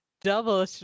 double